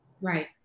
Right